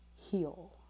heal